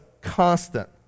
constant